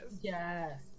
Yes